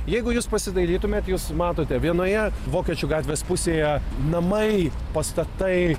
jeigu jūs pasidairytumėt jūs matote vienoje vokiečių gatvės pusėje namai pastatai